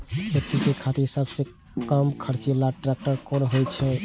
खेती के खातिर सबसे कम खर्चीला ट्रेक्टर कोन होई छै?